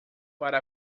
para